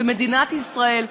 במדינת ישראל,